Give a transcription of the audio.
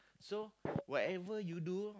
so whatever you do